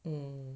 mm